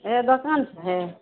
ए दोकान छऽ हे